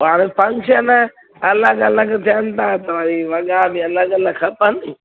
हाणे फंक्शन अलॻि अलॻि थियन था त वरी वॻा बि अलॻि अलॻि खपनि